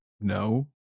no